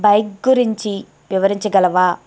bike గురించి వివరించగలవా